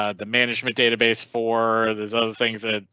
ah the management database for these other things that